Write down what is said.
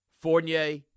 Fournier